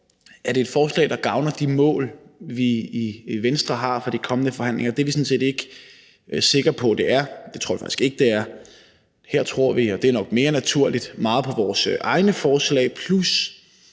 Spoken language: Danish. Er det et forslag, der gavner de mål, vi i Venstre har for de kommende forhandlinger? Det er vi sådan set ikke sikre på det er – det tror vi faktisk ikke det er. Her tror vi – og det er nok meget naturligt – mere på vores egne forslag plus